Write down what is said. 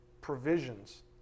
provisions